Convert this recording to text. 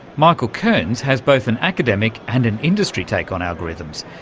michael kearns has both an academic and an industry take on algorithms.